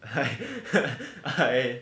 I